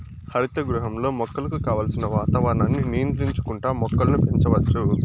హరిత గృహంలో మొక్కలకు కావలసిన వాతావరణాన్ని నియంత్రించుకుంటా మొక్కలను పెంచచ్చు